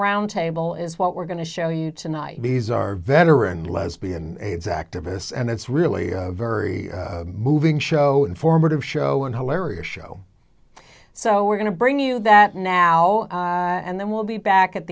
round table is what we're going to show you tonight these are veteran lesbian aids activists and it's really moving show informative show and hilarious show so we're going to bring you that now and then we'll be back at